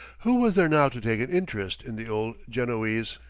who was there now to take an interest in the old genoese?